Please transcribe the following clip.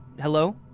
Hello